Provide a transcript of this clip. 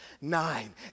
nine